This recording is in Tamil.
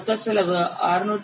மொத்த செலவு 692